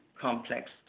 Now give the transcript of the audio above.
complex